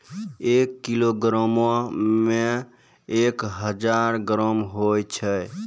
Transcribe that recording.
एक किलोग्रामो मे एक हजार ग्राम होय छै